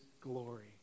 glory